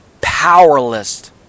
powerless